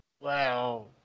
Wow